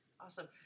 awesome